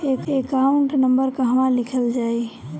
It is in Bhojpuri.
एकाउंट नंबर कहवा लिखल जाइ?